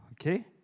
okay